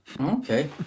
okay